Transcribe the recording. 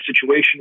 situation